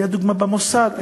היה דוגמה במוסד,